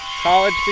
college